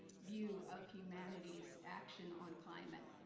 view of humanity's action on climate.